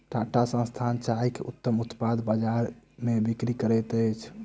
टाटा संस्थान चाय के उत्तम उत्पाद बजार में बिक्री करैत अछि